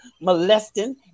molesting